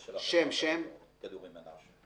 בבקשה, כדורי מנשה.